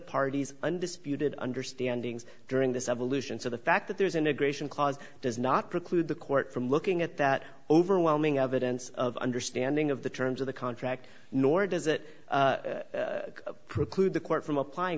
party's undisputed understanding's during this evolution so the fact that there is integration clause does not preclude the court from looking at that overwhelming evidence of understanding of the terms of the contract nor does it preclude the court from applying